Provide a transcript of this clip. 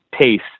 pace